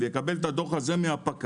ויקבל את הדוח הזה מהפקח,